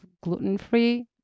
gluten-free